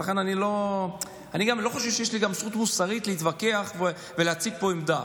ולכן אני לא חושב שיש לי זכות מוסרית להתווכח ולהציג פה עמדה.